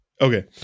Okay